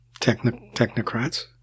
technocrats